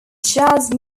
jazz